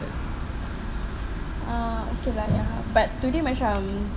ah okay lah ya but today macam